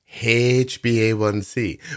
HbA1c